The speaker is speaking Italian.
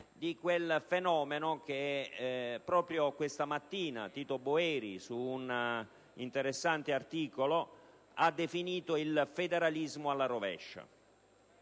di quel fenomeno che proprio questa mattina Tito Boeri, in un interessante articolo, ha definito «il federalismo alla rovescia»,